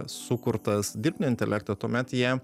sukurtas dirbtinio intelekto tuomet jie